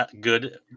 good